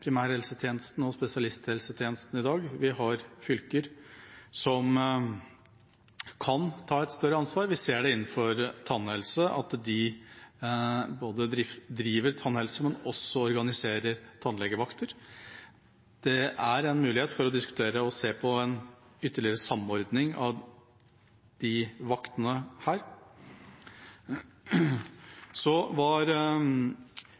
ser vi innenfor tannhelse, at de både driver tannhelse og organiserer tannlegevakter. Det er en mulighet for å diskutere og se på en ytterligere samordning av disse vaktene.